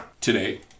today